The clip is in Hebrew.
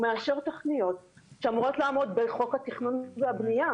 הוא מאשר תוכניות שאמורות לעמוד בחוק התכנון והבנייה.